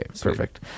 Perfect